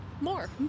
more